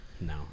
No